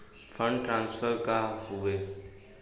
Fund transfer का हव?